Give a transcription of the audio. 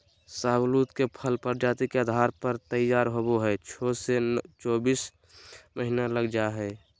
शाहबलूत के फल प्रजाति के आधार पर तैयार होवे में छो से चोबीस महीना लग जा हई